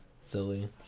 silly